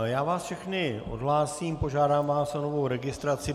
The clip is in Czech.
Já vás všechny odhlásím, požádám vás o novou registraci.